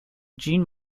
gene